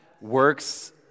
works